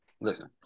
Listen